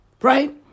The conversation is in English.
Right